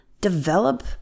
develop